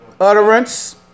utterance